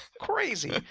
Crazy